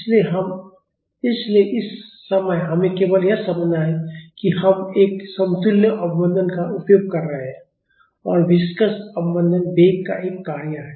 इसलिए इस समय हमें केवल यह समझना है कि हम एक समतुल्य अवमंदन का उपयोग कर रहे हैं और विस्कस अवमंदन वेग का एक कार्य है